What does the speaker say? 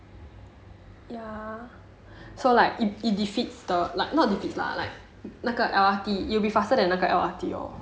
ya so like if it defeats the like not defeat lah like 那个 L_R_T you'll be faster than 那个 L_R_T lor